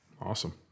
Awesome